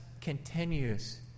continues